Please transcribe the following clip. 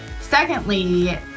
Secondly